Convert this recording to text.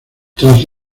tras